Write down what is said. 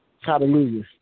Hallelujah